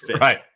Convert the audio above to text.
Right